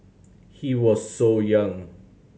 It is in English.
he was so young